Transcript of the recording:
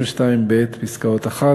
ו-42(ב) פסקאות (1),